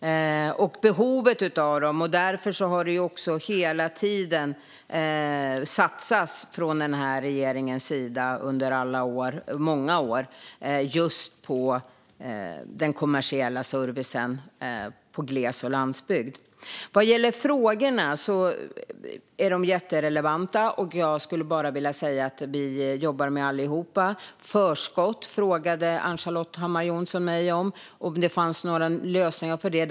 Det finns behov av dessa, och därför har det också under många år från den här regeringens sida satsats just på den kommersiella servicen i glesbygd och på landsbygden. Frågorna är jätterelevanta, och vi jobbar med allihop. Ann-Charlotte Hammar Johnsson frågade mig om det fanns några lösningar för förskott.